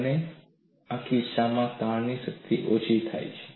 અને આ કિસ્સામાં તાણની શક્તિ ઓછી થાય છે